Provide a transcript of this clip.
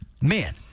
man